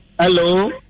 hello